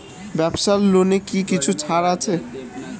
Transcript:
ব্যাবসার লোনে কি কিছু ছাড় আছে?